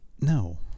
No